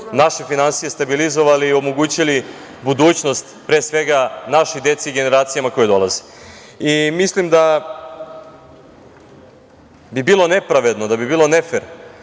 naše finansije stabilizovali i omogućili budućnost, pre svega našoj deci i generacijama koje dolazeMislim da bi bilo nepravedno, da bi bilo nefer,